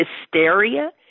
hysteria